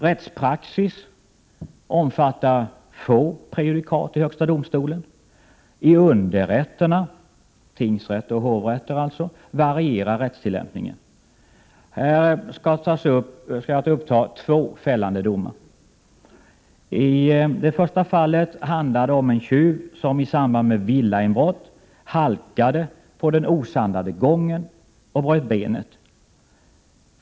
Rättspraxis omfattar få prejudikat i högsta domstolen. I underrätterna — tingsrätter och hovrätter — varierar rättstillämpningen. Här skall upptas två fällande domar. I det första fallet handlar det om en tjuv som i samband med villainbrott halkat på en osandad gång och brutit benet.